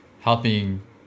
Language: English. helping